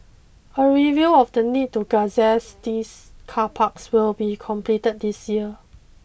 a review of the need to gazette these car parks will be completed this year